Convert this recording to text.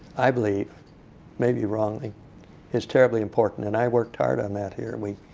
i believe maybe wrongly is terribly important. and i worked hard on that here. we,